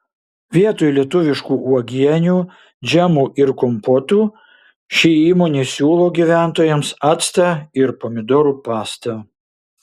vietoj lietuviškų uogienių džemų ir kompotų ši įmonė siūlo gyventojams actą ir pomidorų pastą